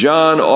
John